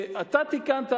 אתה תיקנת,